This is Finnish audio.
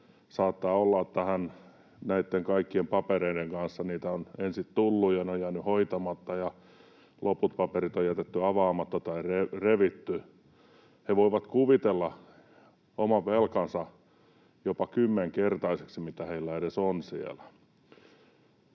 Saattaa olla, että hän näitten kaikkien papereiden kanssa — niitä on ensin tullut ja ne ovat jääneet hoitamatta, ja loput paperit on jätetty avaamatta tai revitty — voi kuvitella oman velkansa, mitä hänellä on siellä,